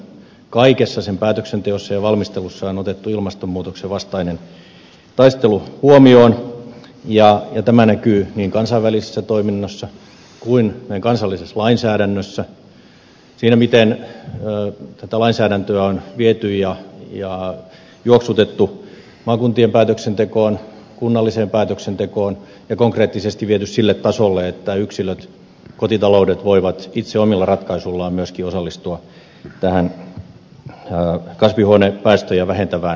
kaikessa sen päätöksenteossa ja valmistelussa on otettu ilmastonmuutoksen vastainen taistelu huomioon ja tämä näkyy niin kansainvälisessä toiminnassa kuin meidän kansallisessa lainsäädännössä siinä miten tätä lainsäädäntöä on viety ja juoksutettu maakuntien päätöksentekoon kunnalliseen päätöksentekoon ja konkreettisesti viety sille tasolle että yksilöt kotitaloudet voivat itse omilla ratkaisuillaan myöskin osallistua tähän kasvihuonepäästöjä vähentävään työhön